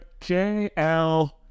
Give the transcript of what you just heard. JL